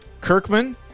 Kirkman